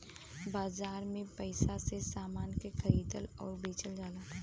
बाजार में पइसा से समान को खरीदल आउर बेचल जाला